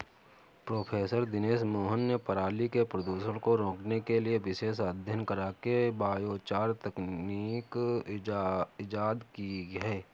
professor Dinesh Mohan ने पराली के प्रदूषण को रोकने के लिए विशेष अध्ययन करके बायोचार तकनीक इजाद की है